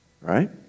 right